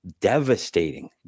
devastating